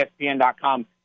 ESPN.com